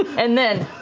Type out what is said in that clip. and then